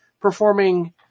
performing